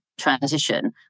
transition